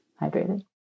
hydrated